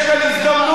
יש כאן הזדמנות,